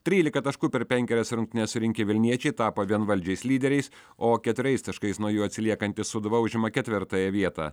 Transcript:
trylika taškų per penkerias rungtynes surinkę vilniečiai tapo vienvaldžiais lyderiais o keturiais taškais nuo jų atsiliekanti sūduva užima ketvirtąją vietą